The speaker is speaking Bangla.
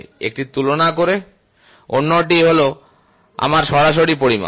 একটি তুলনা করে অন্যটি হল আমার সরাসরি পরিমাপ